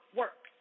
work